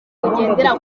bugendera